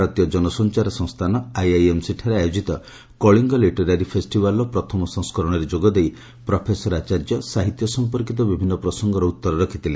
ଭାରତୀୟ ଜନସଞାର ସଂସ୍ଥାନ ଆଇଆଇଏମ୍ସି ଠାରେ ଆୟୋଜିତ କଳିଙ୍ଙ ଲିଟେରାରୀ ଫେଷ୍ଟିଭାଲ୍ର ପ୍ରଥମ ସଂସ୍କରଣରେ ଯୋଗ ଦେଇ ପ୍ରଫେସର ଆଚାର୍ଯ୍ୟ ସାହିତ୍ୟ ସମ୍ପର୍କୀତ ବିଭିନ୍ନ ପ୍ରସଙ୍ଗର ଉଉର ରଖିଥିଲେ